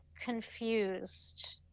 confused